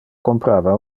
comprava